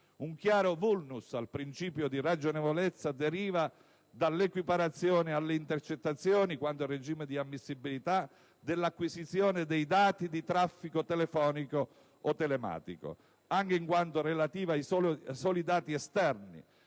Un chiaro *vulnus* al principio di ragionevolezza deriva dall'equiparazione alle intercettazioni, quanto al regime di ammissibilità, dell'acquisizione dei dati di traffico telefonico o telematico, che in quanto relativa ai soli dati "esterni"